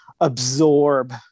absorb